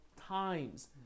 times